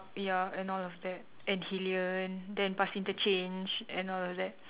ya and all of that and Hillion then bus interchange and all of that